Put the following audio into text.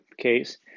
case